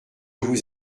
vous